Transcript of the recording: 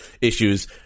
issues